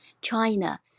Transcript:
China